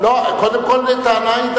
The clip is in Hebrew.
ואחר כך באים אלי בטענות.